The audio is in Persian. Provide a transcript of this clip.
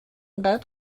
قطع